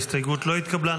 ההסתייגות לא התקבלה.